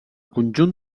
conjunt